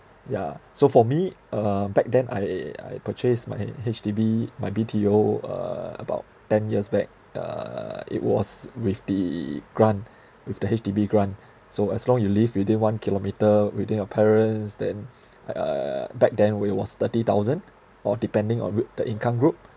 yeah so for me uh back then I I purchase my H_D_B my B_T_O uh about ten years back uh it was with the grant with the H_D_B grant so as long you live within one kilometer within your parents then uh uh back then when it was thirty thousand or depending on re~ the income group